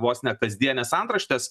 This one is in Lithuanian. vos ne kasdienes antraštes